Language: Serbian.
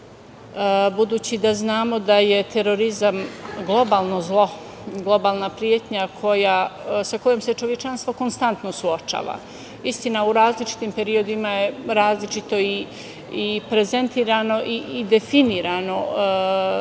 budući da znamo da je terorizam globalno zlo, globalna pretnja s kojom se čovečanstvo konstantno suočava. Istina, u različitim periodima je različito i prezentovano i definisano, samo sam